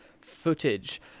footage